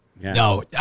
No